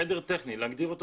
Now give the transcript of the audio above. חדר טכני, להגדירו במפורש.